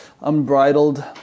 unbridled